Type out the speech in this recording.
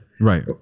right